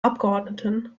abgeordneten